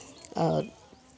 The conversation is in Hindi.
और